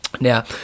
Now